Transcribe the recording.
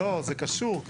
לא, זה קשור.